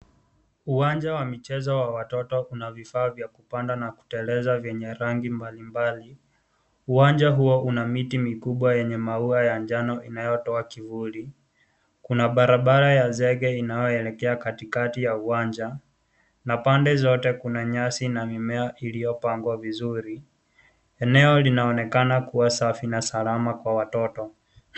Uwanja wa michezo wa watoto una vifaa vya kupanda na kuteleza vyenye rangi mbalimbali. Uwanja huo una miti mikubwa yenye maua ya njano inayotoa kivuli. Kuna barabara ya zege inayoelekea katikati ya uwanja na kando yake kuna nyasi na mimea iliyopangwa vizuri. Eneo linaonekana kuwa safi na salama kwa watoto.